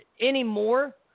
anymore